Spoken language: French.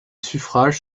suffrages